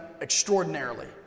extraordinarily